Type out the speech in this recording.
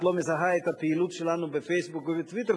את לא מזהה את הפעילות שלנו ב"פייסבוק" או ב"טוויטר"?